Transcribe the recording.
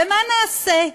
ומה נעשה?